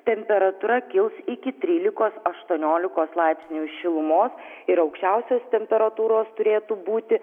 temperatūra kils iki trylikos aštuoniolikos laipsnių šilumos ir aukščiausios temperatūros turėtų būti